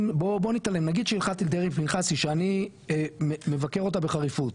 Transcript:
אם בוא נתעלם נגיד שהלכת דרעי פנחסי שאני מבקר אותה בחריפות